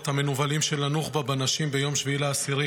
המנוולים של הנוח'בה בנשים ביום 7 באוקטובר.